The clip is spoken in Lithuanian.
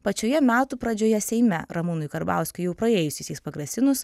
pačioje metų pradžioje seime ramūnui karbauskiui jau praėjusiaisiais pagrasinus